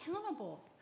accountable